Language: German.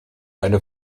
eine